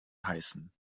heißen